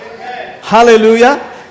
Hallelujah